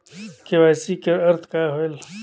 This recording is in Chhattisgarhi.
के.वाई.सी कर अर्थ कौन होएल?